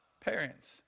parents